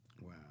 Wow